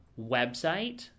website